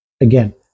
again